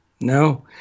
No